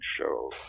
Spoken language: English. show